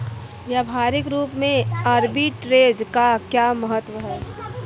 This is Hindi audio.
व्यवहारिक रूप में आर्बिट्रेज का क्या महत्व है?